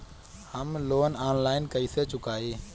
हम loan online कइसे चुकाई?